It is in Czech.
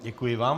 Děkuji vám.